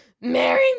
marry